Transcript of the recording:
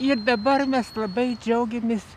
ir dabar mes labai džiaugiamės